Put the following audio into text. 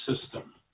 system